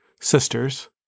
sisters